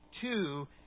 two